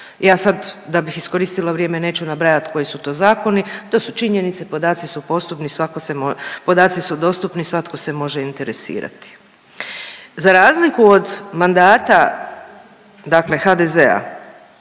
ja sad, da bih iskoristila vrijeme, neću nabrajati koji su to zakoni, to su činjenice, podaci su postupni, svako se, podaci su dostupni, svatko se može interesirati. Za razliku od mandata dakle HDZ-a,